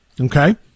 Okay